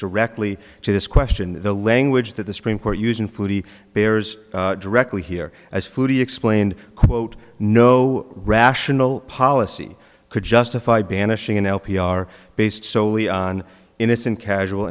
directly to this question in the language that the supreme court using flutie bears directly here as food he explained quote no rational policy could justify banishing an l p r based solely on innocent casual